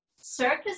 circus